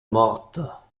mortes